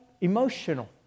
Emotional